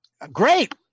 Great